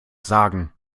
sagen